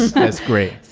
that's great.